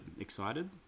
excited